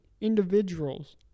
individuals